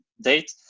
date